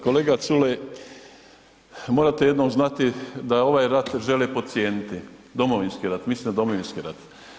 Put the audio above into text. Kolega Culej, morate jednom znati da ovaj rat žele podcijeniti Domovinski rat, mislim na Domovinski rat.